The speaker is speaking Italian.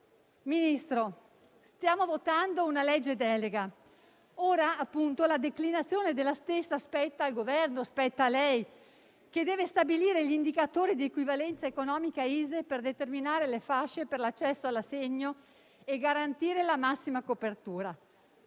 Ministro, stiamo per approvare un disegno di legge delega; ora, la declinazione della stessa spetta al Governo, spetta a lei, che deve stabilire gli indicatori di equivalenza economica ISEE per determinare le fasce per l'accesso all'assegno e garantire la massima copertura.